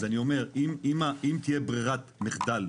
אז אני אומר, אם תהיה ברירת מחדל,